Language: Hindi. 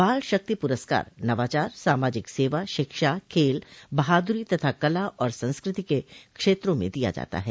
बाल शक्ति प्रस्कार नवाचार सामाजिक सेवा शिक्षा खेल बहादुरी तथा कला और संस्कृति के क्षेत्रों में दिया जाता है